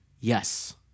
Yes